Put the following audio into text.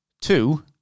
Two